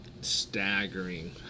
staggering